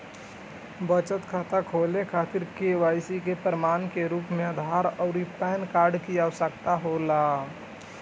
बचत खाता खोले खातिर के.वाइ.सी के प्रमाण के रूप में आधार आउर पैन कार्ड की आवश्यकता होला